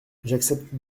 j’accepte